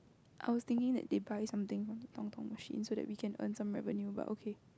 I was thinking that they buy something from the machine so that we can earn some revenue but okay